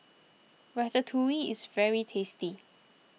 Ratatouille is very tasty